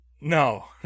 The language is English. No